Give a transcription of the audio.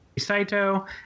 Saito